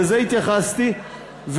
לזה התייחסתי,